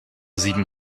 sieben